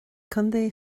contae